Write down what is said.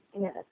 Yes